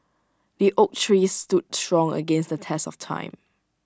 the oak tree stood strong against the test of time